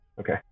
Okay